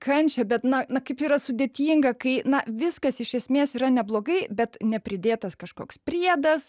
kančią bet na na kaip yra sudėtinga kai na viskas iš esmės yra neblogai bet nepridėtas kažkoks priedas